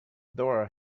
dora